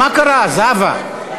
מה קרה, זהבה?